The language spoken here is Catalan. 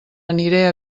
aniré